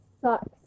sucks